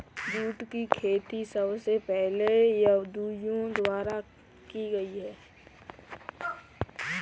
jute की खेती सबसे पहले यहूदियों द्वारा की गयी थी